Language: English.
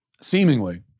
seemingly